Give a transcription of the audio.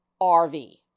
RV